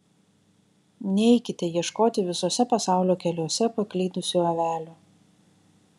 neikite ieškoti visuose pasaulio keliuose paklydusių avelių